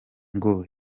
ngo